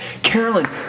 Carolyn